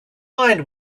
mind